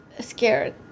scared